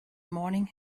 morning